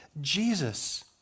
Jesus